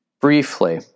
Briefly